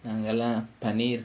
நாங்கெல்லா பன்னீர்:naangellaa panneer